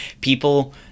people